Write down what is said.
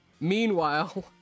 meanwhile